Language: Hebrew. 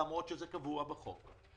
למרות שזה קבוע בחוק.